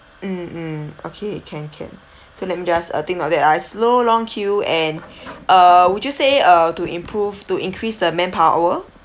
mm mm okay can can so let me just uh think of it ah slow long queue and uh would you say uh to improve to increase the manpower